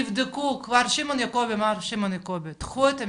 תבדקו מר שמעון יעקבי, קחו את המקרה,